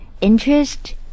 Interest